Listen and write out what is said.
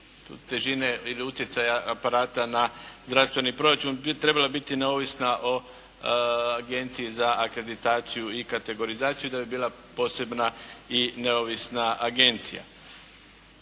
težine ili utjecaja aparata na zdravstveni proračun trebala biti neovisna o Agenciji za akreditaciju i kategorizaciju i da bi bila posebna i neovisna agencija.